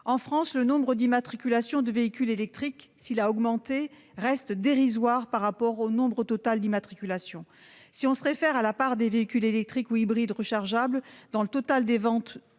En France, le nombre d'immatriculations de véhicules électriques, s'il a augmenté, reste dérisoire par rapport au nombre total d'immatriculations. Si l'on se réfère à la part des véhicules électriques ou hybrides rechargeables dans le total des ventes